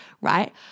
right